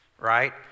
Right